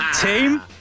Team